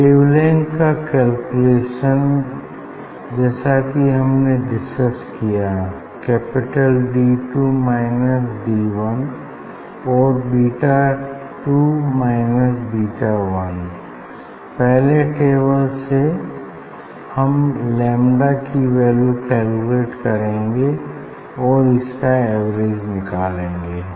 wavelength का calculation जैसा की हमने डिस्कस किया capital D two minus D one और beta two minus beta one पहले टेबल से हम लैम्डा की वैल्यू कैलकुलेट करेंगे और इनका एवरेज निकालेंगे